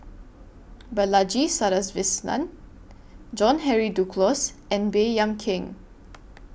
Balaji Sadasivan John Henry Duclos and Baey Yam Keng